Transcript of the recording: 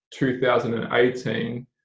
2018